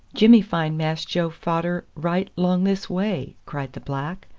jimmy find mass joe fader right long this way, cried the black.